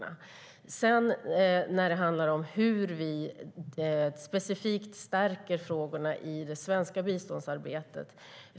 När det sedan handlar om hur vi specifikt stärker frågorna i det svenska biståndsarbetet kan jag säga följande.